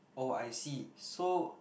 oh I see so